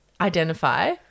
identify